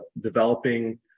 developing